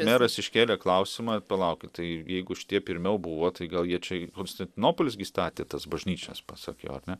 meras iškėlė klausimą palaukit tai jeigu šitie pirmiau buvo tai gal jie čia konstantinopolis gi statė tas bažnyčias pasak jo ar ne